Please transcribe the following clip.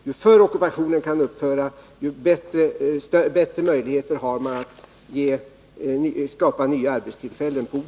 Ju förr ockupationen kan upphöra, desto bättre möjligheter har man att skapa nya arbetstillfällen på orten.